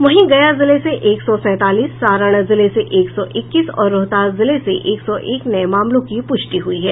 वहीं गया जिले से एक सौ सैंतालीस सारण जिले से एक सौ इक्कीस और रोहतास जिले से एक सौ एक नये मामलों की पुष्टि हुई है